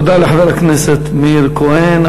תודה לחבר הכנסת מאיר כהן.